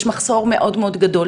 יש מחסור מאוד גדול,